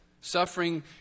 Suffering